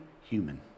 human